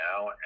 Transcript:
now